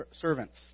Servants